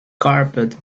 carpet